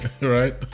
Right